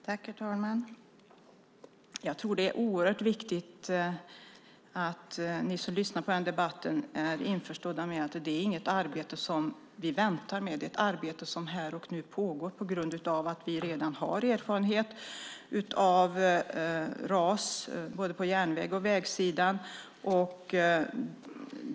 Herr talman! Jag tror att det är oerhört viktigt att de som lyssnar på debatten är införstådda med att det inte är ett arbete som vi väntar med. Det är ett arbete som här och nu pågår eftersom vi redan har erfarenhet av ras på både järnvägs och vägsidan.